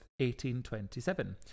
1827